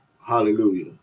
Hallelujah